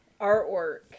artwork